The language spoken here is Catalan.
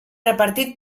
repartit